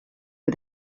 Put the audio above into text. are